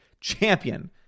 champion